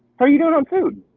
are you doing on food?